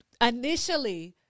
Initially